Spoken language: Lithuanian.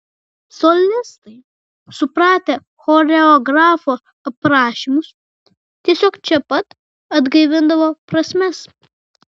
solistai supratę choreografo prašymus tiesiog čia pat atgaivindavo prasmes